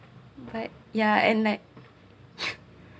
but ya and like